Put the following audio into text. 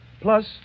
plus